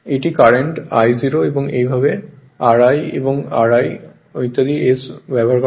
এটি current I0 একইভাবে Ri এবং ri ইত্যাদি ও ব্যবহার করা হয়